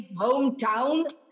hometown